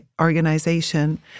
organization